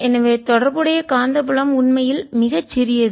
எனவே தொடர்புடைய காந்தப்புலம் உண்மையில் மிகச் சிறியது